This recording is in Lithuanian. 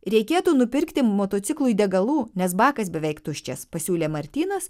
reikėtų nupirkti motociklui degalų nes bakas beveik tuščias pasiūlė martynas